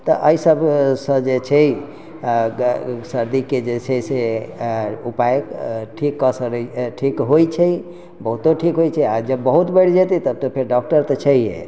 तऽ एहिसब सँ जे छै सर्दी के जे छै से ऊपाय ठीक कए सकै ठीक होइ छै बहुतो ठीक होइ छै आ जब बहुत बढ़ि जेतै तब तऽ फेर डॉक्टर तऽ छैहे